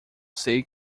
sei